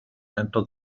entered